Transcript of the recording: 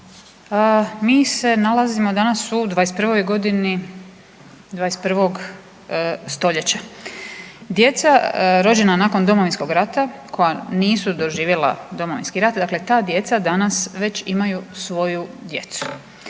Mi se nalazimo danas u 21. godini 21. stoljeća. Djeca rođena nakon Domovinskog rata koja nisu doživjela Domovinski rat, dakle ta djeca danas već imaju svoju djecu